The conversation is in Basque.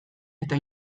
eta